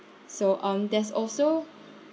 so um there's also